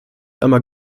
emma